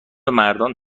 مردان